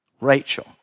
Rachel